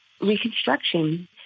Reconstruction